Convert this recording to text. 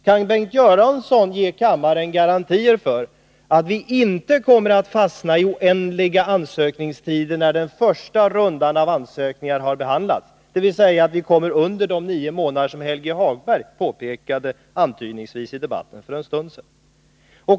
Kan Bengt Göransson ge kammaren garantier för att vi inte kommer att fastna i oändliga ansökningstider när den första rundan av ansökningarna har behandlats, dvs. att vi kommer under de nio månader som Helge Hagberg antydningsvis påpekade i debatten för en stund sedan?